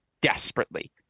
desperately